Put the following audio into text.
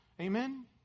Amen